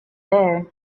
there